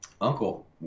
uncle